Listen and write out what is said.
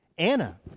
Anna